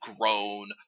grown